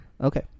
okay